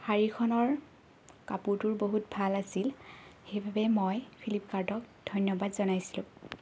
শাৰীখনৰ কাপোৰটোৰ বহুত ভাল আছিল সেইবাবে মই ফ্লিপকাৰ্টক ধন্যবাদ জনাইছিলোঁ